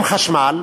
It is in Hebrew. בחשמל.